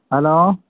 hello